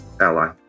ally